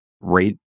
rate